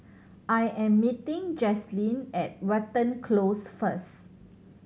I am meeting Jaslene at Watten Close first